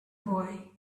boy